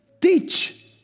teach